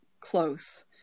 close